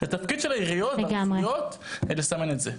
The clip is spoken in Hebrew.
זה התפקיד של העיריות והרשויות יסמנו את זה.